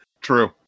True